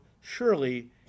surely